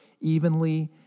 evenly